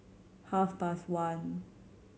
half past one